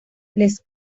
les